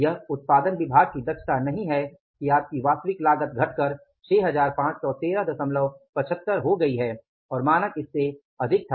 यह उत्पादन विभाग की दक्षता नहीं है कि आपकी वास्तविक लागत घटकर 651375 हो गई है और मानक इससे अधिक था